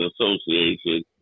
Association